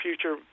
future